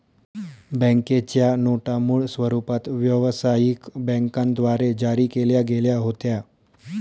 बँकेच्या नोटा मूळ स्वरूपात व्यवसायिक बँकांद्वारे जारी केल्या गेल्या होत्या